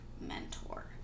mentor